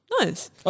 Nice